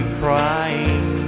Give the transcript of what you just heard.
crying